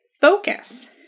focus